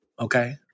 okay